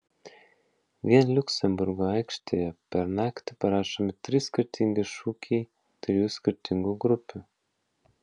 vien liuksemburgo aikštėje per naktį parašomi trys skirtingi šūkiai trijų skirtingų grupių